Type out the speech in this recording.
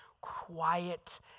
quiet